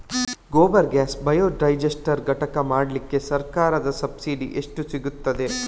Gobar gas biodigester ಘಟಕ ಮಾಡ್ಲಿಕ್ಕೆ ಸರ್ಕಾರದ ಸಬ್ಸಿಡಿ ಎಷ್ಟು ಸಿಕ್ತಾದೆ?